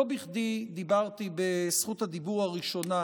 לא בכדי דיברתי בזכות הדיבור הראשונה